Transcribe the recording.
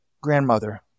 grandmother